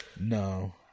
No